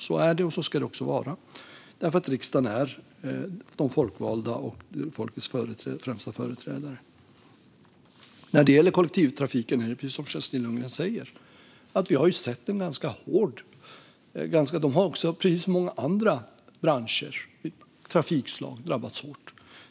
Så är det, och så ska det också vara därför att riksdagen är de folkvalda och folkets främsta företrädare. När det gäller kollektivtrafiken är det precis som Kerstin Lundgren säger att den, precis som många andra branscher och trafikslag, har drabbats hårt.